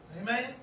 Amen